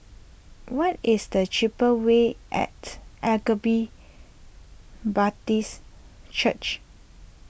what is the cheaper way at Agape Baptist Church